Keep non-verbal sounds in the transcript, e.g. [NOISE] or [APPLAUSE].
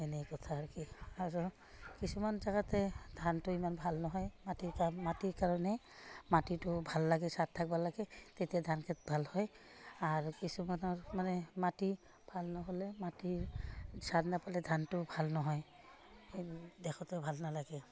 এনে কথা আৰু কি আৰু কিছুমান জেগাতে ধানটো ইমান ভাল নহয় মাটিৰ [UNINTELLIGIBLE] মাটিৰ কাৰণে মাটিটো ভাল লাগে চাদ থাকিব লাগে তেতিয়া ধান খেতি ভাল হয় আৰু কিছুমানৰ মানে মাটি ভাল নহ'লে মাটিৰ চাদ নাপালে ধানটো ভাল নহয় দেখোতেও ভাল নালাগে